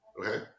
Okay